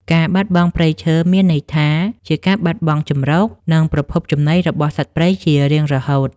ការបាត់បង់ព្រៃឈើមានន័យថាជាការបាត់បង់ជម្រក និងប្រភពចំណីរបស់សត្វព្រៃជារៀងរហូត។